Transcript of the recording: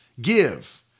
give